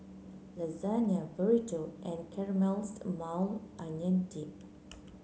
Lasagne Burrito and Caramelized Maui Onion Dip